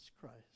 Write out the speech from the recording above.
Christ